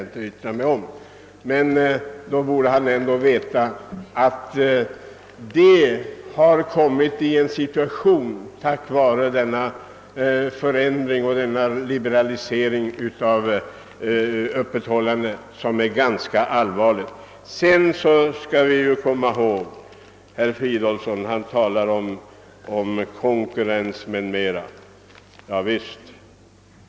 Detta borde ändå herr Fridolfsson om han har någon som helst kontakt med det verkliga livet — och det vill jag inte yttra mig om — känna till. Herr Fridolfsson talade om småföretagens möjligheter att konkurrera.